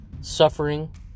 suffering